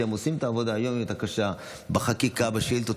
כשהם עושים את העבודה הקשה בחקיקה ובשאילתות,